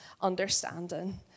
understanding